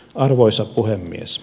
arvoisa puhemies